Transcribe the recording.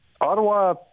Ottawa